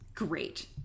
Great